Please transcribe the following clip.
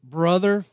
brother